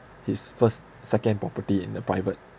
his first second property in a private